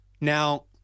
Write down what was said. Now